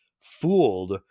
fooled